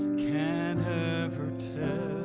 can ever tell